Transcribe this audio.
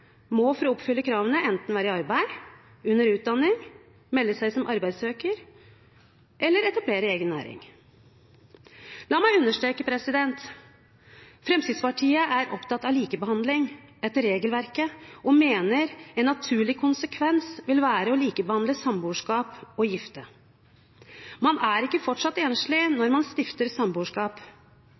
må, for å oppfylle kravene, enten være i arbeid, være under utdanning, melde seg som arbeidssøker eller etablere egen næringsvirksomhet. La meg understreke: Fremskrittspartiet er opptatt av likebehandling etter regelverket og mener at en naturlig konsekvens vil være å likebehandle samboerskap og ekteskap. Man er ikke fortsatt enslig når man